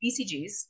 ECGs